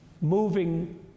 moving